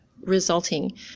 resulting